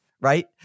Right